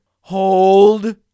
hold